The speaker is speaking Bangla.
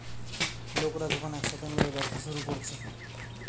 লোকরা যখন একসাথে মিলে ব্যবসা শুরু কোরছে